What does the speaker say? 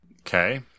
Okay